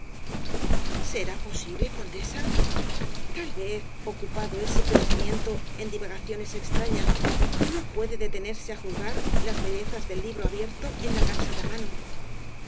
será posible condesa tal vez ocupado ese pensamiento en divagaciones extrañas no puede detenerse á juzgar las bellezas del libro abierto en la cansada mano